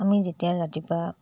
আমি যেতিয়া ৰাতিপুৱা